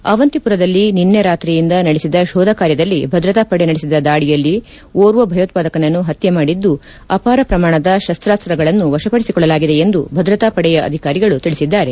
ಆವಂತಿಪುರದಲ್ಲಿ ನಿನ್ನೆ ರಾತ್ರಿಯಿಂದ ನಡೆಸಿದ ಶೋಧಕಾರ್ಯದಲ್ಲಿ ಭದ್ರತಾಪಡೆ ನಡೆಸಿದ ದಾಳಿಯಲ್ಲಿ ಓರ್ವ ಭಯೋತ್ಸಾದಕನನ್ನು ಹತ್ನೆ ಮಾಡಿದ್ದು ಅಪಾರ ಪ್ರಮಾಣದ ಶಸ್ತಾಸ್ತ್ರಗಳನ್ನು ವಶಪದಿಸಿಕೊಳ್ಳಲಾಗಿದೆ ಎಂದು ಭದ್ರತಾ ಪಡೆಯ ಅಧಿಕಾರಿಗಳು ತಿಳಿಸಿದ್ದಾರೆ